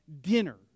dinner